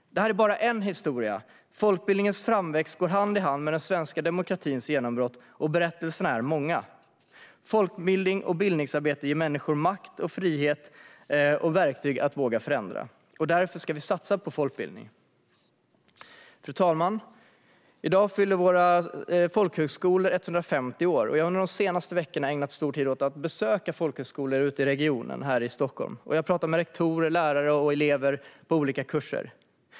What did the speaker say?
Detta är bara en historia. Folkbildningens framväxt går hand i hand med den svenska demokratins genombrott. Och berättelserna är många. Folkbildning och bildningsarbete ger människor makt, frihet och verktyg att våga förändra. Därför ska vi satsa på folkbildning. Fru talman! I dag fyller folkhögskolorna 150 år. Jag har under de senaste veckorna ägnat stor tid åt att besöka folkhögskolor i Stockholmsregionen. Jag har pratat med rektorer, lärare och elever på olika kurser.